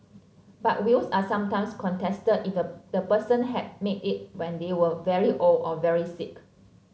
but wills are sometimes contested if the person had made it when they were very old or very sick